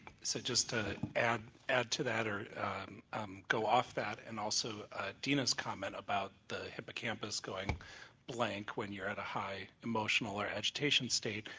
so just to add add to that or um go off that and also dina's comment about the hippocampus going blank when you're at a high emotional orageitation state.